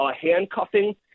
handcuffing